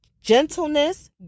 gentleness